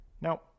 Now